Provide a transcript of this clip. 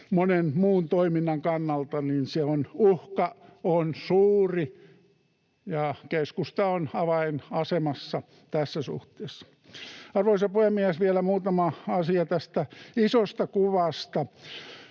monen muun toiminnan kannalta, uhka on suuri, ja keskusta on avainasemassa tässä suhteessa. Arvoisa puhemies! Vielä muutama asia tästä isosta kuvasta.